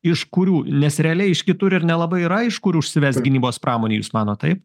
iš kurių nes realiai iš kitur ir nelabai yra iš kurių užsives gynybos pramonė jūs manot taip